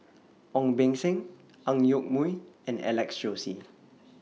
Ong Beng Seng Ang Yoke Mooi and Alex Josey